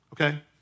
okay